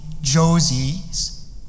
Josie's